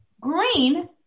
green